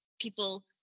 people